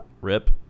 Rip